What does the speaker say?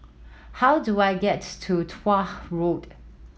how do I get to Tuah Road